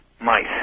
mice